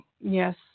Yes